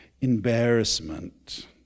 embarrassment